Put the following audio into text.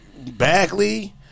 Bagley